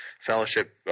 Fellowship